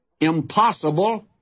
impossible